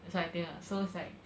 that's why I think ah so it's like